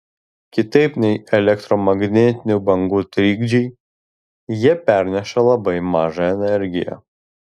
kitaip nei elektromagnetinių bangų trikdžiai jie perneša labai mažą energiją